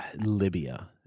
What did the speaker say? Libya